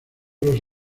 los